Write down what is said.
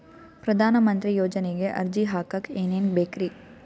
ಪ್ರಧಾನಮಂತ್ರಿ ಯೋಜನೆಗೆ ಅರ್ಜಿ ಹಾಕಕ್ ಏನೇನ್ ಬೇಕ್ರಿ?